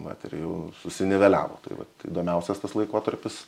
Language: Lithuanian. vat ir jau susiniveliavo tai vat įdomiausias tas laikotarpis